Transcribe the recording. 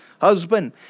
husband